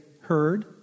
heard